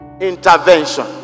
intervention